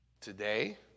Today